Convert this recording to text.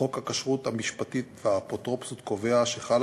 חוק הכשרות המשפטית והאפוטרופסות קובע שחלה